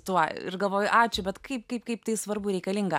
tuo ir galvoju ačiū bet kaip kaip kaip tai svarbu reikalinga